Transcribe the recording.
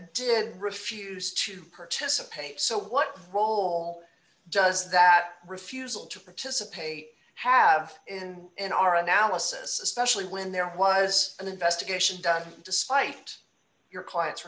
did refuse to participate so what role does that refusal to participate have in our analysis especially when there was an investigation done despite your client